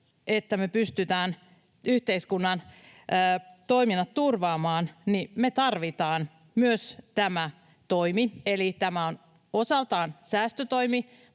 emme pysty yhteiskunnan toimintoja turvaamaan, joten me tarvitaan myös tämä toimi. Eli tämä on osaltaan säästötoimi,